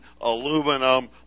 aluminum